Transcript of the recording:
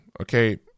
Okay